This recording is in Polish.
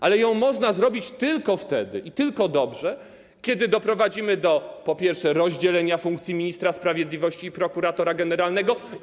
Ale ją można zrobić, i zrobić ją dobrze, tylko wtedy, kiedy doprowadzimy do, po pierwsze, rozdzielenia funkcji ministra sprawiedliwości i prokuratora generalnego.